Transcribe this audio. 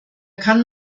kann